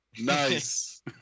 Nice